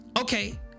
okay